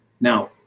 Now